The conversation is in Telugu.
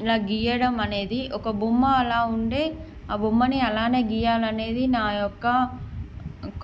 ఇలా గీయడం అనేది ఒక బొమ్మ అలా ఉంటే ఆ బొమ్మని అలానే గీయాలి అనేది నా యొక్క